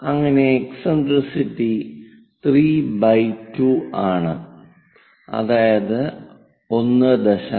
അങ്ങനെ എക്സെന്ട്രിസിറ്റി 32 ആണ് അതായത് 1